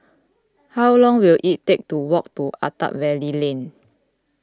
how long will it take to walk to Attap Valley Lane